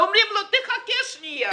אומרים לו שיחכה שנייה,